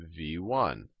v1